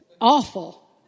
awful